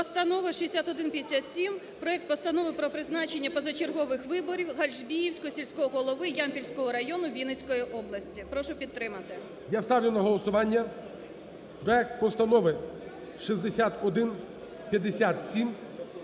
Постанова 6157. Проект Постанови про призначення позачергових виборів Гальжбіївського сільського голови Ямпільського району Вінницької області. Прошу підтримати. ГОЛОВУЮЧИЙ. Я ставлю на голосування проект Постанови 6157.